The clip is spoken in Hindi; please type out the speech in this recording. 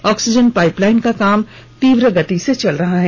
ऑक्सीजन पाइप लाइन का काम तीव्र गति से चल रहा है